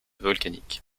volcaniques